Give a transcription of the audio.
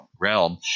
realm